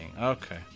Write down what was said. Okay